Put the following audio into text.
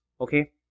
Okay